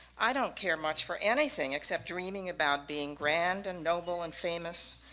i don't care much for anything except dreaming about being grand, and noble, and famous,